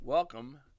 Welcome